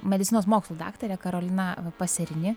medicinos mokslų daktare karolina paserini